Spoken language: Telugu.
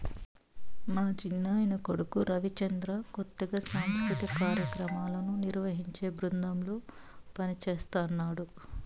మా చిన్నాయన కొడుకు రవిచంద్ర కొత్తగా సాంస్కృతిక కార్యాక్రమాలను నిర్వహించే బృందంలో పనిజేస్తన్నడు